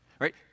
right